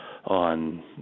on